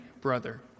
brother